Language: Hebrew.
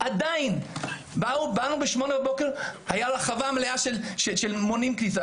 עדיין באנו בשמונה בבוקר והרחבה הייתה מלאה במונעי כניסה.